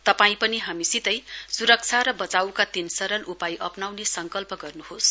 तपाई पनि हामीसितै सुरक्षा र वचाइका तीन सरल उपाय अप्नाउने संकल्प गर्नुहोस